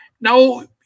now